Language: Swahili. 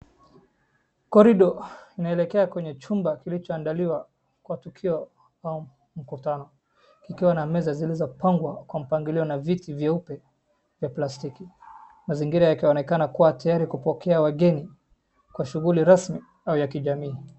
Corridor inaelekea kwenye chumba kilichoandaliwa kwa tukio au mkutano. Kikiwa na meza zile za kupangwa kwa mpangilio na viti vyeupe vya plastiki. Mazingira yakionekana kuwa tayari kupokea wageni kwa shughuli rasmi au ya kijamii.